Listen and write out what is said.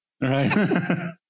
right